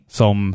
som